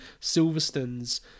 Silverstone's